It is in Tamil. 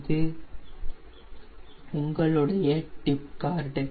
இது உங்களுடைய டிப் கார்டு